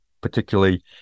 particularly